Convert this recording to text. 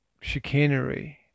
chicanery